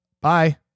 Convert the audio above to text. Bye